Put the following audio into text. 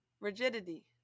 rigidity